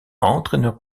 entraîneur